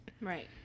Right